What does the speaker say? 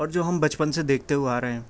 اور جو ہم بچپن سے دیکھتے ہوئے آ رہے ہیں